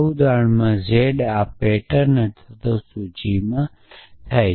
આ ઉદાહરણમાં z આ પેટર્ન અથવા સૂચિમાં થાય છે